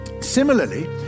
Similarly